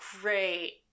great